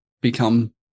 become